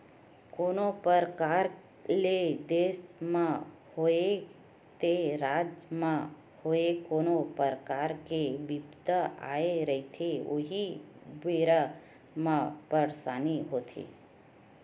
कोनो परकार ले देस म होवय ते राज म होवय कोनो परकार के बिपदा आए रहिथे उही बेरा म परसानी होथे